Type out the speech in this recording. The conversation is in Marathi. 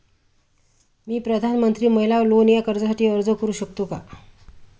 मी प्रधानमंत्री महिला लोन या कर्जासाठी अर्ज करू शकतो का?